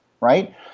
right